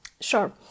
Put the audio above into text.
Sure